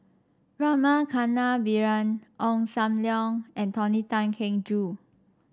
Rama Kannabiran Ong Sam Leong and Tony Tan Keng Joo